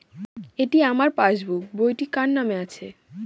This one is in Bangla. এটি আমার পাসবুক বইটি কার নামে আছে?